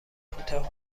کوتاه